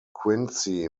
quincy